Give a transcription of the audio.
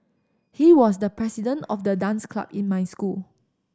he was the president of the dance club in my school